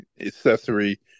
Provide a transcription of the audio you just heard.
accessory